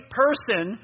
person